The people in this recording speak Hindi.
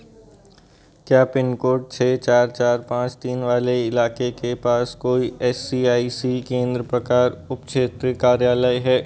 क्या पिन कोड छः चार चार पाँच तीन वाले इलाके के पास कोई एस सी आई सी केंद्र प्रकार उपक्षेत्री कार्यालय है